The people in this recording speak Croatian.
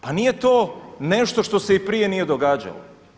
Pa nije to nešto što se i prije nije događalo.